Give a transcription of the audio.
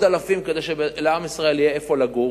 אלפים כדי שלעם ישראל יהיה איפה לגור.